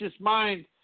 mind